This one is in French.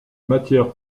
matière